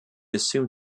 assumed